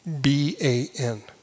B-A-N